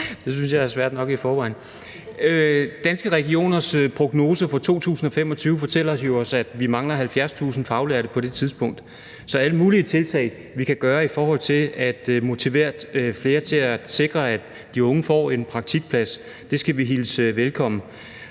Det synes jeg er svært nok i forvejen. Danske Regioners prognose for 2025 fortæller os jo, at vi mangler 70.000 faglærte på det tidspunkt. Så alle mulige tiltag, vi kan gøre, i forhold til at motivere flere til at sikre, at de unge får en praktikplads, skal vi hilse velkommen,